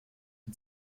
mit